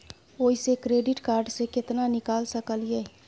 ओयसे credit card से केतना निकाल सकलियै?